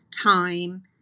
time